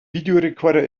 videorecorder